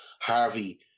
Harvey